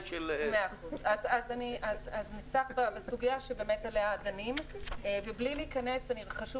של --- אז נפתח בסוגיה שעליה דנים ובלי להיכנס חשוב